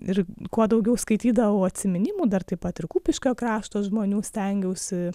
ir kuo daugiau skaitydavau atsiminimų dar taip pat ir kupiškio krašto žmonių stengiausi